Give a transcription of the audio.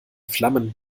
flammen